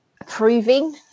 approving